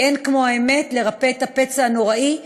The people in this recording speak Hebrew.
כי אין כמו האמת לרפא את הפצע הנוראי,